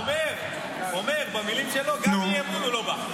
אומר, אומר, במילים שלו: גם אי-אמון הוא לא בא.